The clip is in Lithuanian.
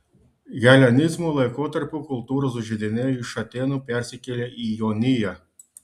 helenizmo laikotarpiu kultūros židiniai iš atėnų persikėlė į joniją